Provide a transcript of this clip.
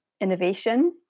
innovation